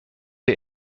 der